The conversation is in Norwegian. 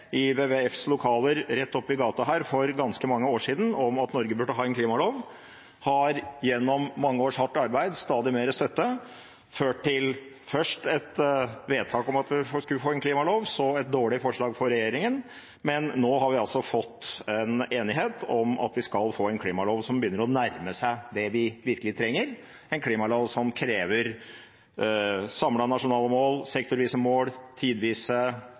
i WWFs lokaler rett oppe i gata her for ganske mange år siden, om at Norge burde ha en klimalov, har gjennom mange års hardt arbeid og stadig mer støtte ført til først et vedtak om at vi skulle få en klimalov, så et dårlig forslag fra regjeringen. Men nå har vi fått enighet om at vi skal få en klimalov som begynner å nærme seg det vi virkelig trenger, en klimalov som krever samlede nasjonale mål, sektorvise mål, tidvise